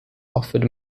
offered